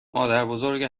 مادربزرگ